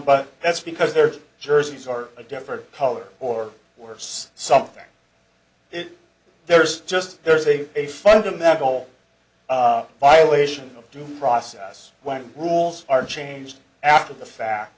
but that's because their jerseys are a different color or worse something it there's just there's a a fundamental violation of due process when the rules are changed after the fact